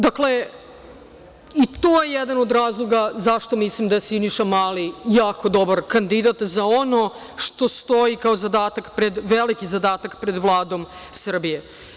Dakle, to je jedan od razloga zašto mislim da je Siniša Mali jako dobar kandidat za ono što stoji kao zadatak, kao veliki zadatak pred Vladom Srbije.